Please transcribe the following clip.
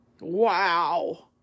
Wow